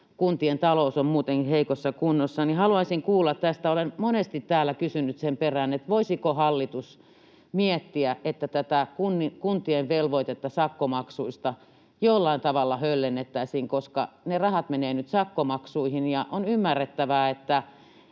kun kuntien talous on muutenkin heikossa kunnossa, niin haluaisin kuulla tästä. Olen monesti täällä kysynyt sen perään, voisiko hallitus miettiä, että tätä kuntien velvoitetta sakkomaksuista jollain tavalla höllennettäisiin, koska ne rahat menevät nyt sakkomaksuihin. On ymmärrettävää,